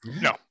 No